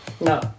No